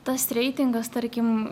tas reitingas tarkim